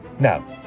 Now